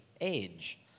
age